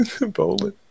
Bowling